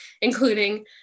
including